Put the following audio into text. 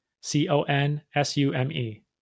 C-O-N-S-U-M-E